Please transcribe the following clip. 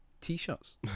t-shirts